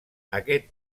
aquest